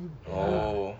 orh